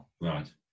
Right